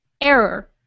Error